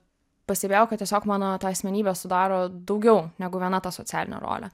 pastebėjau kad tiesiog mano tą asmenybę sudaro daugiau negu viena ta socialinė rolė